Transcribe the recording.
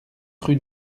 rue